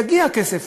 יגיע כסף,